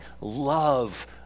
love